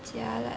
家了